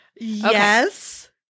Yes